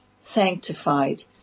sanctified